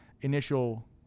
initial